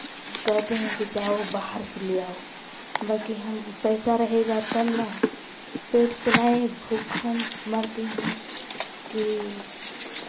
कहते हैं कि जाओ बाहर से ले आओ बाँकी हम पैसा रहेगा तब ना पेट चलाएं भुक्खन मरती हूँ कि